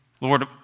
Lord